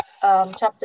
chapter